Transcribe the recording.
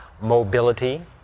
mobility